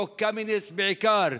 חוק קמיניץ בעיקר,